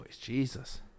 Jesus